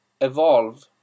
evolve